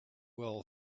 will